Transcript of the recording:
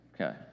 Okay